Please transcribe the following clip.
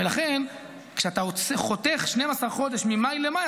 ולכן כשאתה חותך 12 חודשים ממאי למאי,